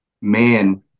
man